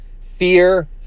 fear